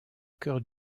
cœur